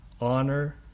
Honor